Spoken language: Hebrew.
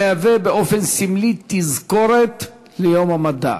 ומהווה באופן סמלי תזכורת ליום המדע.